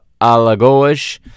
Alagoas